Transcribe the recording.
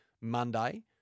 Monday